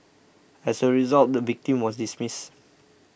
as a result the victim was dismissed